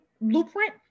blueprint